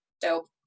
Dope